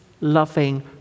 loving